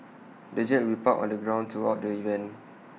the jet will be parked on the ground throughout the event